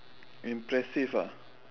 impressive ah